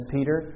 Peter